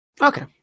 Okay